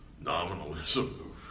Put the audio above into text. nominalism